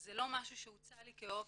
וזה לא מששהו שהוצע לי כאופציה.